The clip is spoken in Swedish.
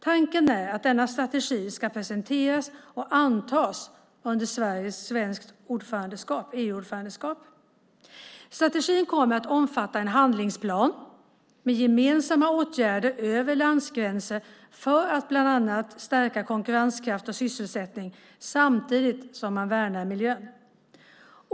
Tanken är att denna strategi ska presenteras och antas under Sveriges EU-ordförandeskap. Strategin kommer att omfatta en handlingsplan med gemensamma åtgärder över landgränser för att bland annat stärka konkurrenskraft och sysselsättning samtidigt som man värnar miljön.